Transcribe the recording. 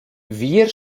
wir